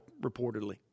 reportedly